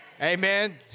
Amen